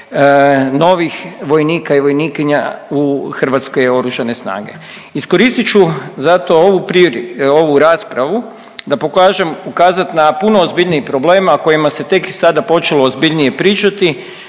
novih vojnika i vojnikinja u Hrvatske oružane snage. Iskoristit ću zato ovu raspravu da pokažem ukazat na puno ozbiljniji problem, a kojima se tek sada počelo ozbiljnije pričati.